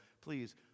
Please